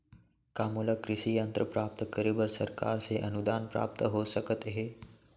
का मोला कृषि यंत्र प्राप्त करे बर सरकार से अनुदान प्राप्त हो सकत हे?